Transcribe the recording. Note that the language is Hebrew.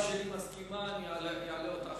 אם שלי מסכימה אני אעלה אותה עכשיו.